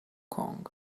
kong